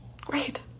Great